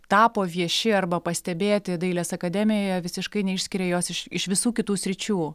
tapo vieši arba pastebėti dailės akademijoje visiškai neišskiria jos iš iš visų kitų sričių